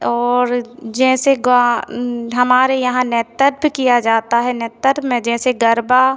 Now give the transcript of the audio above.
और जैसे गा हमारे यहाँ नृत्य किया जाता है नृत्य में जैसे गरबा